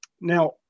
Now